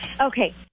Okay